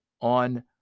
on